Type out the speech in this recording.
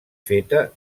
feta